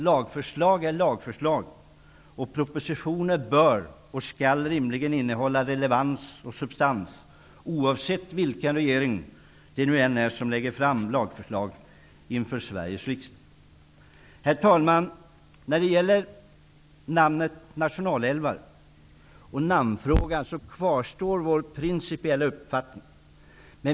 Lagförslag är lagförslag, och propositioner bör och skall rimligen innehålla relevans och substans vilken regering det än är som lägger fram lagförslaget inför Sveriges riksdag. Herr talman! När det gäller namnet nationalälvar kvarstår vår principiella uppfattning.